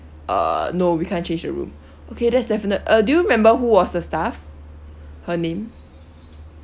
uh no we can't change the room okay that's definite~ uh do you remember who was the staff her name